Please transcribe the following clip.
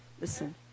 listen